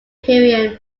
heroin